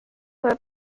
have